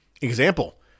Example